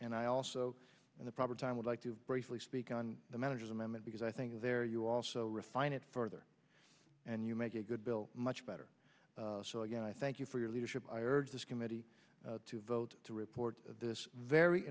and i also in the proper time would like to briefly speak on the manager's amendment because i think there you also refine it further and you make a good bill much better so again i thank you for your leadership i urge this committee to vote to report this very